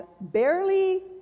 barely